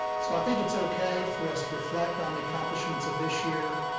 so i think it's ok for us to reflect on the accomplishments of this year,